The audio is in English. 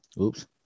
oops